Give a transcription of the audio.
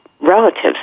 relatives